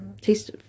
taste